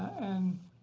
and